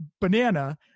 banana